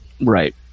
Right